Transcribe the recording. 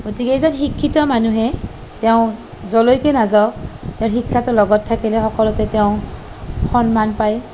গতিকে এজন শিক্ষিত মানুহে তেওঁ য'লৈকে নাযাওঁক তেওঁৰ শিক্ষাটো লগত থাকিলে সকলোতে তেওঁ সন্মান পায়